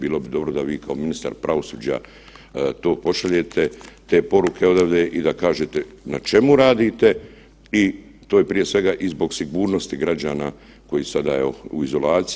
Bilo bi dobro da vi kao ministar pravosuđa to pošaljete, te poruke odavde i da kažete na čemu radite i to je prije svega i zbog sigurnosti građana koji su sada u izolaciji.